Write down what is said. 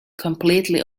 completely